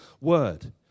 word